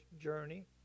journey